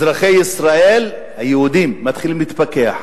אזרחי ישראל היהודים מתחילים להתפכח,